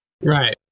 Right